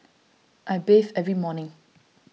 I bathe every morning